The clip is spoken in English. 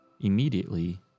Immediately